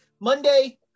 Monday